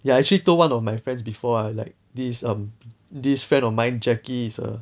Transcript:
ya I actually told one of my friends before ah like this um this friend of mine jacky is a